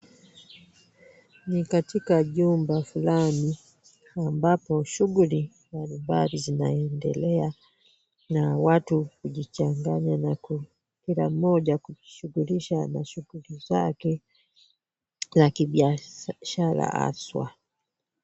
Ni katika jumba fulani ambapo shughuli mbalimbali zinaendelea na watu kujichanganya na kila mmoja kujishughulisha naa shughuli zake za kibiashara haswa.